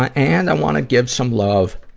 ah and, i wanna give some love